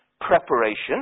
preparation